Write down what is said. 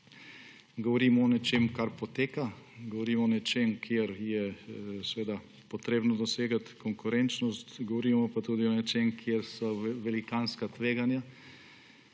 govorimo o nečem, kar poteka, govorimo o nečem, kjer je potrebno dosegati konkurenčnost, govorimo pa tudi o nečem, kjer so velikanska tveganja,